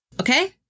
okay